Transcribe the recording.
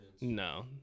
No